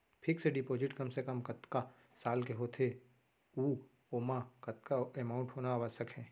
Fix deposit कम से कम कतका साल के होथे ऊ ओमा कतका अमाउंट होना आवश्यक हे?